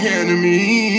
enemy